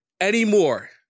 anymore